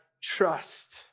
trust